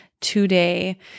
today